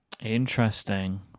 interesting